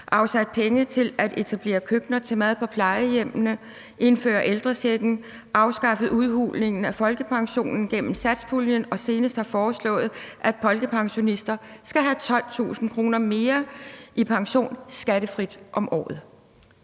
afsat penge til at etablere køkkener til mad på plejehjemmene, indført ældrechecken, afskaffet udhulingen af folkepensionen gennem satspuljen og senest har foreslået, at folkepensionister skal have 12.000 kr. mere i pension skattefrit om året?